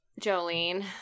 Jolene